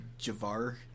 Javar